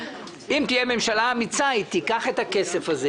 היא תיקח את הכסף הזה